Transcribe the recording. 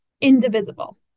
indivisible